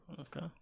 Okay